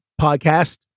podcast